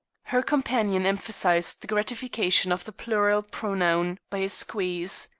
her companion emphasized the gratification of the plural pronoun by a squeeze.